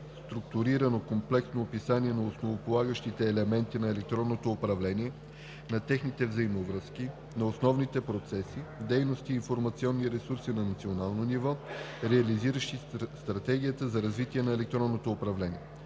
структурирано комплексно описание на основополагащите елементи на електронното управление, на техните взаимовръзки, на основните процеси, дейности и информационни ресурси на национално ниво, реализиращи Стратегията за развитие на електронното управление.